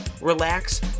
relax